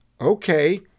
Okay